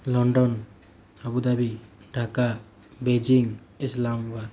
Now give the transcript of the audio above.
London Abu Dhabi Dhaka Beijing Islamabad